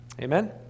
amen